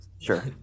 Sure